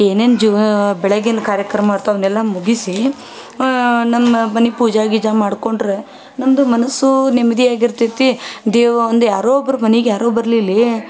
ಏನೇನು ಜೂ ಬೆಳಗಿನ ಕಾರ್ಯಕ್ರಮ ಅಂಥವ್ನೆಲ್ಲ ಮುಗಿಸಿ ನನ್ನ ಮನೆ ಪೂಜೆ ಗೀಜೆ ಮಾಡ್ಕೊಂಡ್ರೆ ನಮ್ದು ಮನಸು ನೆಮ್ಮದಿ ಆಗಿರ್ತೈತಿ ದೇವ ಒಂದು ಯಾರೋ ಒಬ್ರು ಮನೆಗೆ ಯಾರೂ ಬರಲಿಲ್ಲೇ